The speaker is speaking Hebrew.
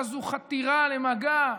מה זה חתירה למגע,